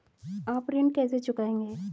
आप ऋण कैसे चुकाएंगे?